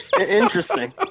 Interesting